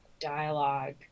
dialogue